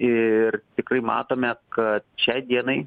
ir tikrai matome kad šiai dienai